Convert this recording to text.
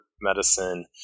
medicine